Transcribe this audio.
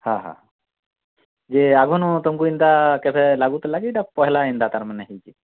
ହଁ ହଁ ଯେ ଆଗୁନୁ ତମକୁ ଏନ୍ତା କେବେ ଲାଗୁଥିଲା କି ଏଇଟା ପହେଲା ଏନ୍ତା ତା'ର ମାନେ ହେଇଛି